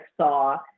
saw